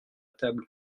table